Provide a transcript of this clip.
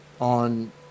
on